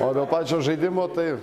o dėl pačio žaidimo tai